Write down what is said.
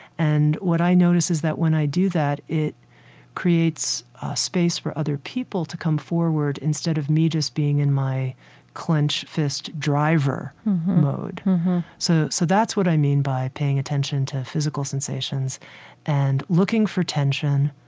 and what i notice is that, when i do that, it creates a space for other people to come forward instead of me just being in my clenched-fist driver mode so so that's what i mean by paying attention to physical sensations and looking for tension,